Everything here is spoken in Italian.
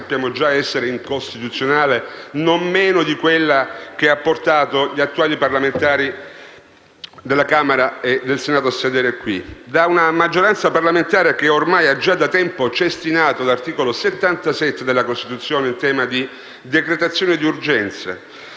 sappiamo già essere incostituzionale, non meno di quella che ha portato gli attuali parlamentari della Camera e del Senato a sedere qui; da una maggioranza parlamentare che ormai ha già da tempo cestinato l'articolo 77 della Costituzione in tema di decretazione d'urgenza;